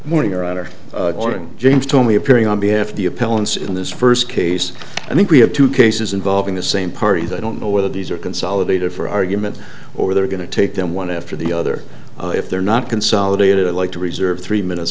morning your honor james told me appearing on behalf of the appellant's in this first case i think we have two cases involving the same parties i don't know whether these are consolidated for argument or they're going to take them one after the other if they're not consolidated i'd like to reserve three minutes